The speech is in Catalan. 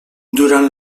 durant